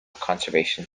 conservation